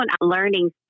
learning